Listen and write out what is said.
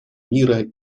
мира